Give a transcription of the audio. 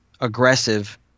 aggressive